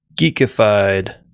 Geekified